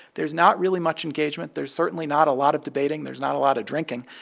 there's not really much engagement. there's certainly not a lot of debating. there's not a lot of drinking.